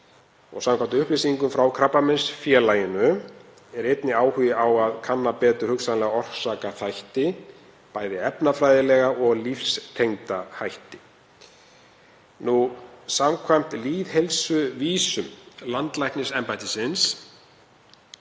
Samkvæmt upplýsingum frá Krabbameinsfélaginu er einnig áhugi á að kanna betur hugsanlega orsakaþætti, bæði efnafræðilega og lífsstílstengda þætti. Samkvæmt lýðheilsuvísum landlæknisembættisins